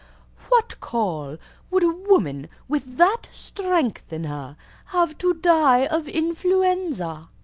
what call would a woman with that strength in her have to die of influenza?